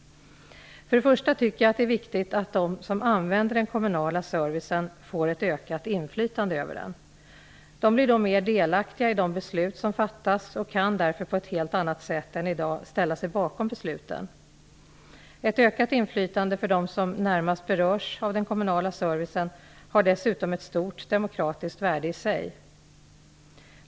Först och främst tycker jag att det är viktigt att de som använder den kommunala servicen får ett ökat inflytande över den. De blir då mer delaktiga i de beslut som fattas och kan därför på ett helt annat sätt än i dag ställa sig bakom besluten. Ett ökat inflytande för dem som närmast berörs av den kommunala servicen har dessutom ett stort demokratiskt värde i sig.